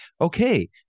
okay